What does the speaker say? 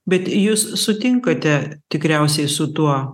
bet jūs sutinkate tikriausiai su tuo